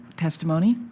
testimony.